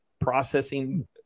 processing